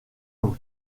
août